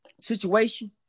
situation